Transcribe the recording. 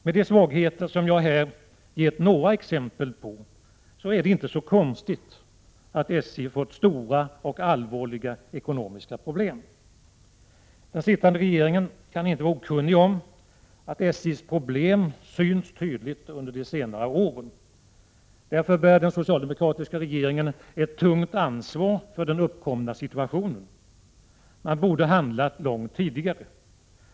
Med de svagheter som jag här gett några exempel på är det inte så konstigt att SJ fått stora och allvarliga ekonomiska problem. Den sittande regeringen kan inte ha varit okunnig om att SJ:s problem synts tydligt under de senaste åren. Därför bär den socialdemokratiska regeringen ett tungt ansvar för den uppkomna situationen. Man borde ha handlat långt tidigare.